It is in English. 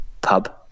Pub